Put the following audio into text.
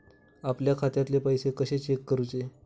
आपल्या खात्यातले पैसे कशे चेक करुचे?